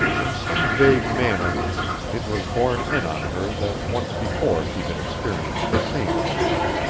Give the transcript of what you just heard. in some vague manner it was borne in on her that once before she had experienced the same emotion,